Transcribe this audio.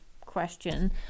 question